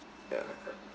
ya ya